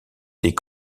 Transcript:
des